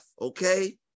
okay